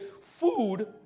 Food